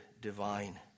divine